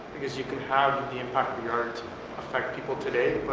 because you can have the impact of the artist affect people today,